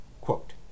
quote